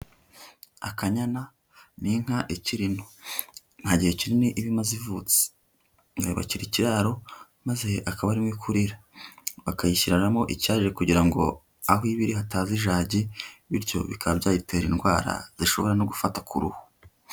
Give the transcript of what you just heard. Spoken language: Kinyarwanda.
Akanyana ni inka ikiri nto, nta gihe kinini iba imaze ivutse, bayubakira ikiraro maze akaba ariho ikurira, bakayishyiranamo icyarire kugira ngo aho ibi hatazi ijagi bityo bikaba byayitera indwara zishobora no gufata ku ruhu.